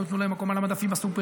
לא ייתנו להם מקום על המדפים בסופרים